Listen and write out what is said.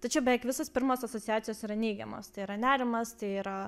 tačiau beveik visos pirmos asociacijos yra neigiamos tai yra nerimas tai yra